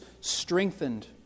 strengthened